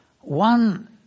one